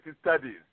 studies